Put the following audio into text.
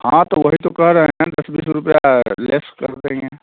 हाँ तो वही तो कह रहे हैं दस बीस रुपये लेस कर देंगे